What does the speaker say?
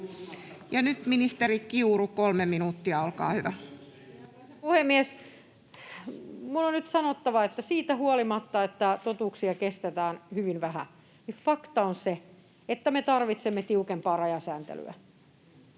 muuttamisesta Time: 14:43 Content: Arvoisa puhemies! Minun on nyt sanottava, että siitä huolimatta, että totuuksia kestetään hyvin vähän, fakta on se, että me tarvitsemme tiukempaa rajasääntelyä